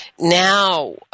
now